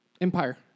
Empire